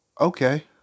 Okay